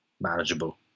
manageable